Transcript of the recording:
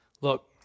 Look